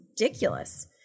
ridiculous